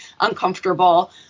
uncomfortable